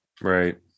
right